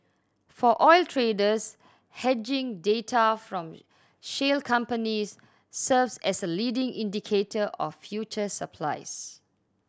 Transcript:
for oil traders hedging data from shale companies serves as a leading indicator of future supplies